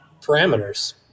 parameters